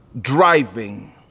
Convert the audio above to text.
driving